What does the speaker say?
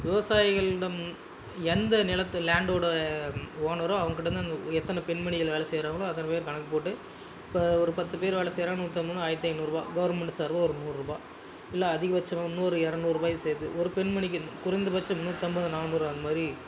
விவசாயிகளிடம் எந்த நிலத்து லேண்டோட ஓனரோ அவங்ககிட்ட இருந்து எத்தனை பெண்மணிகள் வேலை செய்கிறாங்களோ அத்தனை பேர் கணக்கு போட்டு இப்போ ஒரு பத்து பேர் வேலை செய்கிறாங்கன்னா நூற்றி ஐம்பதுன்னா ஆயிரத்தி ஐநூறுபா கவர்மெண்ட்டு சார்பாக ஒரு நூறுபா இல்லை அதிகபட்சம் இன்னொரு எரநூறுபாயும் சேர்த்து ஒரு பெண்மணிக்கு குறைந்தபட்சம் நூற்றைம்பது நானூறு அந்தமாதிரி